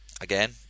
Again